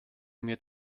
mir